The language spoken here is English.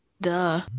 Duh